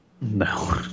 No